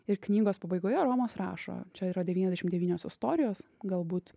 ir knygos pabaigoje romas rašo čia yra devyniasdešim devynios istorijos galbūt